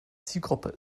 zielgruppe